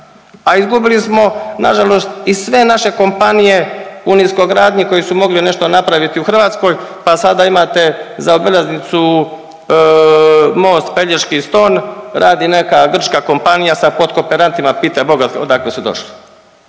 a izgubili smo nažalost i sve naše kompanije u niskogradnji koji su mogli nešto napraviti u Hrvatskoj pa sada imate zaobilaznicu most Pelješki Ston radi neka grčka kompanija sa kooperantima pitaj Boga odakle su došli.